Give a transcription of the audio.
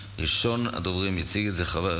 הנמצאים בשלבים הראשונים של המחלה על פני חולים קשים.